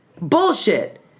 Bullshit